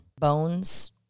bones